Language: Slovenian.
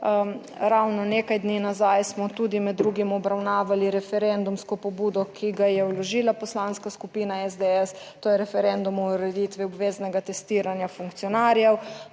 Ravno nekaj dni nazaj smo tudi med drugim obravnavali referendumsko pobudo, ki ga je vložila Poslanska skupina SDS, to je referendum o ureditvi obveznega testiranja funkcionarjev,